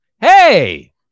Hey